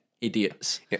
Idiots